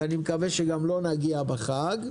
ואני מקווה שגם לא נגיע בחג,